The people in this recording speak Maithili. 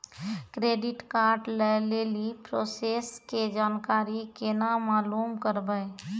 क्रेडिट कार्ड लय लेली प्रोसेस के जानकारी केना मालूम करबै?